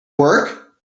work